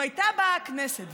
אם הייתה באה הכנסת,